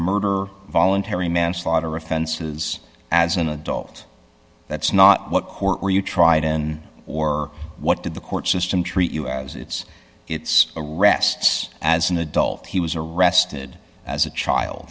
murder voluntary manslaughter offenses as an adult that's not what court were you tried in or what did the court system treat you as it's its arrests as an adult he was arrested as a child